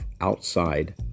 Outside